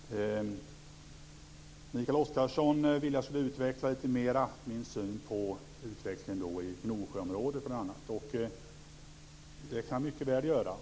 Fru talman! Mikael Oscarsson vill att jag ska utveckla min syn på utvecklingen i Gnosjöområdet. Det kan jag mycket väl göra.